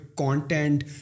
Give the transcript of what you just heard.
content